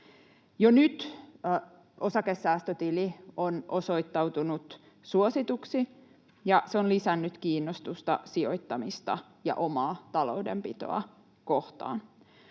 Jo nyt osakesäästötili on osoittautunut suosituksi, ja se on lisännyt kiinnostusta sijoittamista ja omaa taloudenpitoa kohtaan.